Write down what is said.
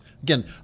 Again